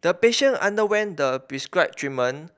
the patient underwent the prescribed treatment